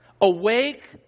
awake